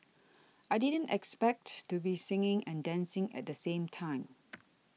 I didn't expect to be singing and dancing at the same time